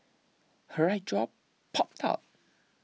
her right jaw popped out